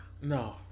No